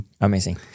amazing